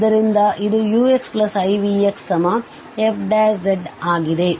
ಆದ್ದರಿಂದ ಇದು uxivxf ಆಗಿದೆ